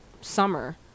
summer